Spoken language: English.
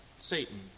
Satan